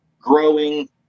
growing